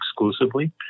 exclusively